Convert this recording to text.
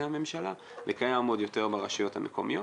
הממשלה וקיים עוד יותר ברשויות המקומיות.